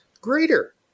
greater